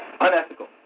unethical